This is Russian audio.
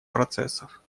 процессов